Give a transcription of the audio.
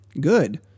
Good